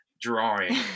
drawing